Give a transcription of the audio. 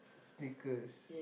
Snickers